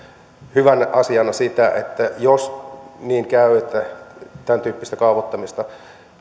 hyvänä asiana sitä että jos niin käy että tämäntyyppistä kaavoittamista